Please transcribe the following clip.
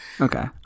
okay